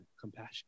compassion